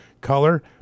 color